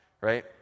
right